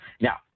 Now